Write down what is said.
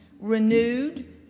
Renewed